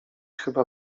chyba